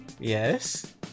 Yes